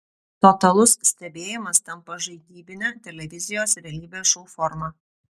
totalus stebėjimas tampa žaidybine televizijos realybės šou forma